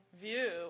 view